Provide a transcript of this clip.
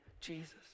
Jesus